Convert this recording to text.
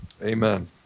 Amen